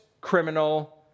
criminal